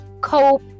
Cope